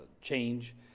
change